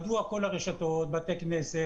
מדוע כל הרשתות בתי כנסת,